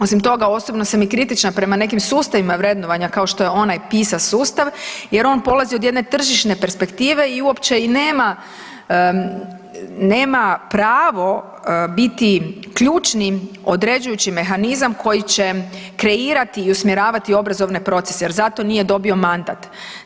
Osim toga osobno sam i kritična prema nekim sustavima vrednovanja kao što je onaj PISA sustav jer on polazi od jedne tržišne perspektive i uopće i nema pravo biti ključni određujući mehanizam koji će kreirati i usmjeravati obrazovne procese jer za to nije dobio mandat.